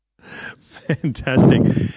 Fantastic